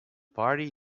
party